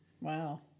Wow